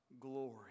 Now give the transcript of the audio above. glory